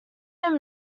him